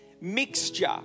mixture